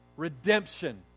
Redemption